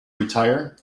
retire